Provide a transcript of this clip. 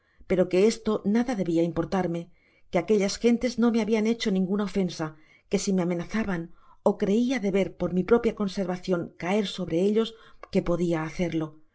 pero que esto nada debia importarme que aquellas gentes no me habian hecho ninguna ofensa que si me amenazaban ó ereia deber por mi propia conservacion caer sobre ellos que podia hacerlo